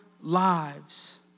lives